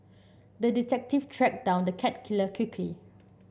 the detective tracked down the cat killer quickly